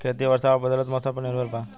खेती वर्षा और बदलत मौसम पर निर्भर बा